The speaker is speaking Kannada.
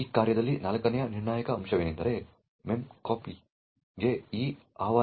ಈ ಕಾರ್ಯದಲ್ಲಿ ನಾಲ್ಕನೇ ನಿರ್ಣಾಯಕ ಅಂಶವೆಂದರೆ memcpy ಗೆ ಈ ಆಹ್ವಾನ